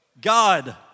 God